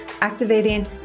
activating